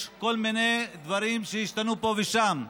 יש כל מיני דברים שהשתנו פה ושם,